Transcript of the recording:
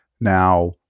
now